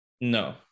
No